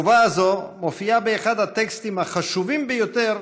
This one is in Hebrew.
החובה הזאת מופיעה באחד הטקסטים החשובים ביותר